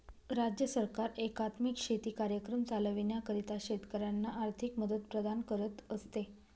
राज्य सरकार एकात्मिक शेती कार्यक्रम चालविण्याकरिता शेतकऱ्यांना आर्थिक मदत प्रदान करत असते